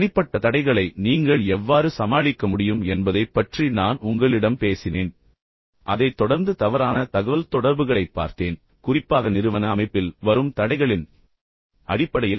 தனிப்பட்ட தடைகளை நீங்கள் எவ்வாறு சமாளிக்க முடியும் என்பதைப் பற்றி நான் உங்களிடம் பேசினேன் அதைத் தொடர்ந்து தவறான தகவல்தொடர்புகளைப் பார்த்தேன் குறிப்பாக நிறுவன அமைப்பில் வரும் தடைகளின் அடிப்படையில்